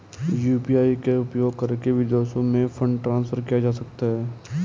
UPI का उपयोग करके विदेशों में फंड ट्रांसफर किया जा सकता है?